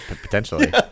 potentially